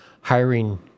hiring